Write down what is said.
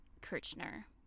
Kirchner